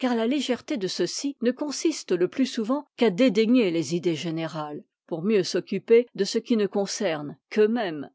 car la légèreté de ceux-ci ne consiste le plus souvent qu'à dédaigner les idées générales pour mieux s'occuper de ce qui ne concerne qu'euxmêmes